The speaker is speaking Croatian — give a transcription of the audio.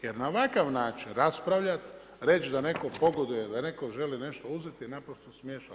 Jer na ovakav način raspravljati, reći da netko pogoduje, da netko želi nešto uzeti je naprosto smještano.